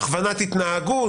הכוונת התנהגות,